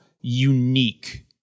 unique